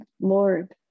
Lord